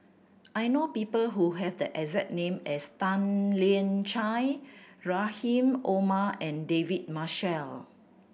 I know people who have the exact name as Tan Lian Chye Rahim Omar and David Marshall